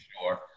sure